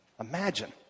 Imagine